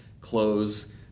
clothes